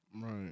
Right